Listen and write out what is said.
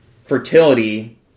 fertility